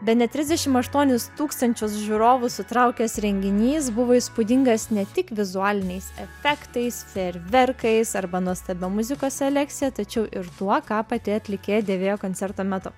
bene trisdešimt aštuonis tūkstančius žiūrovų sutraukęs renginys buvo įspūdingas ne tik vizualiniais efektais fejerverkais arba nuostabia muzikos selekcija tačiau ir tuo ką pati atlikėja dėvėjo koncerto metu